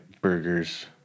burgers